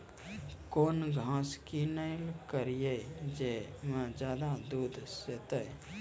कौन घास किनैल करिए ज मे ज्यादा दूध सेते?